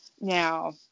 now